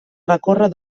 recórrer